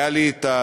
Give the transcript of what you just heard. הייתה לי הזכות